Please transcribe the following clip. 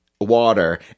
Water